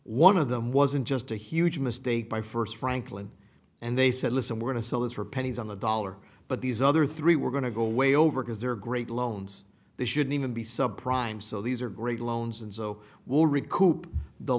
one of them wasn't just a huge mistake by first franklin and they said listen we're going to sell this for pennies on the dollar but these other three we're going to go way over because they're great loans they shouldn't even be subprime so these are great loans and so will recoup the